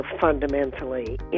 fundamentally